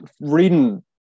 reading